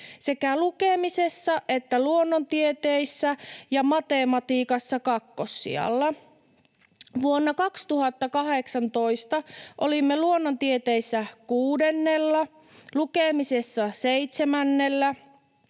sekä lukemisessa että luonnontieteissä ykkösenä ja matematiikassa kakkossijalla. Vuonna 2018 olimme luonnontieteissä kuudennella, lukemisessa seitsemännellä